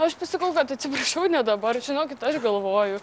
aš vis sakau kad atsiprašau dabar žinokit aš galvoju